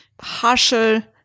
harsher